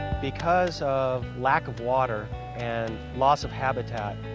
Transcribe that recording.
because of lack of water and loss of habitat,